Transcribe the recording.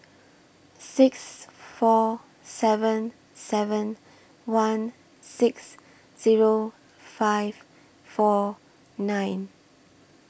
six four seven seven one six Zero five four nine